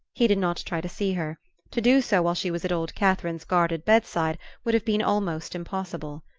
he did not try to see her to do so while she was at old catherine's guarded bedside would have been almost impossible.